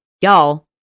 y'all